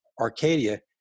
Arcadia